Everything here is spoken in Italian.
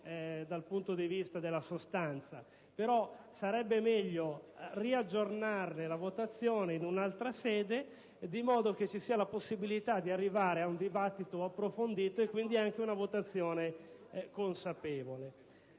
dal punto di vista sostanziale; sarebbe meglio aggiornarne la votazione ad un'altra sede, in modo che ci sia la possibilità di arrivare a un dibattito approfondito e quindi ad una votazione consapevole.